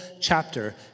chapter